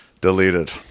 deleted